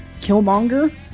killmonger